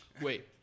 Wait